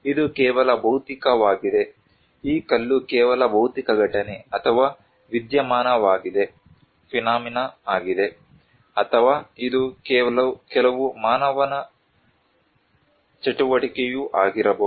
ಇದು ಕೇವಲ ಭೌತಿಕವಾಗಿದೆ ಈ ಕಲ್ಲು ಕೇವಲ ಭೌತಿಕ ಘಟನೆ ಅಥವಾ ವಿದ್ಯಮಾನವಾಗಿದೆ ಅಥವಾ ಇದು ಕೆಲವು ಮಾನವನ ಚಟುವಟಿಕೆಯೂ ಆಗಿರಬಹುದು